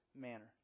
manner